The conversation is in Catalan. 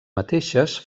mateixes